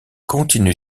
continue